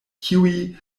kiuj